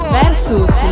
versus